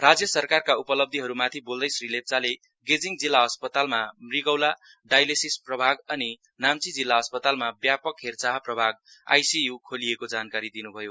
राज्य सरकारका उपलब्धिहरू माथि बोल्दै श्री लेप्चाले गेजिङ जिल्ला अस्पतालमा मृगौला डाइलेसिस प्रभाग अनि नाम्ची जिल्ला अस्पतालमा व्यापक हेरचाह प्रभाग आईसियु खोलिएको जानकारी दिनुभयो